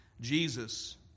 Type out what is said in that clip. Jesus